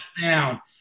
down